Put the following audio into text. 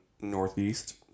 northeast